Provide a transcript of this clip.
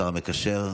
השר המקשר,